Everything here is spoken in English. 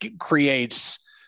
creates